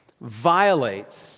violates